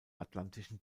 atlantischen